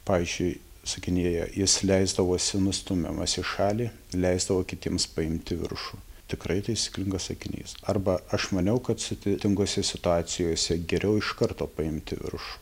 pavyzdžiui sukinyje jis leisdavosi nustumiamas į šalį leisdavo kitiems paimti viršų tikrai taisyklingas sakinys arba aš maniau kad sudėtingose situacijose geriau iš karto paimti viršų